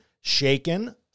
shaken